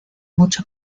mucho